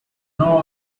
now